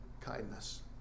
kindness